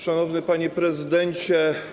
Szanowny Panie Prezydencie!